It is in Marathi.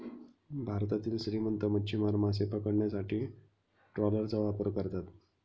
भारतातील श्रीमंत मच्छीमार मासे पकडण्यासाठी ट्रॉलरचा वापर करतात